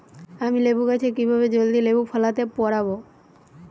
আমি লেবু গাছে কিভাবে জলদি লেবু ফলাতে পরাবো?